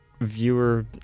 viewer